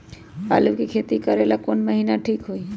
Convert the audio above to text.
आलू के खेती करेला कौन महीना ठीक होई?